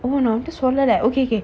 oh நா ஒன்ட சொல்லல:na onta sollala okay okay